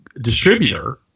distributor